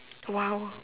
!wow!